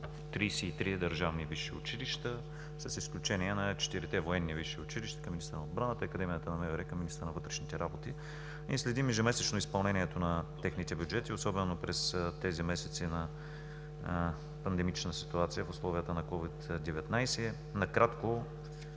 33 държавни висши училища, с изключение на четирите военни висши училища към министъра на отбраната и Академията на МВР към министъра на вътрешните работи. Ние следим ежемесечно изпълнението на техните бюджети, особено през тези месеци на пандемична ситуация в условията на COVID-19. Накратко,